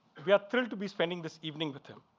we are thrilled to be spending this evening with him.